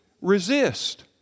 resist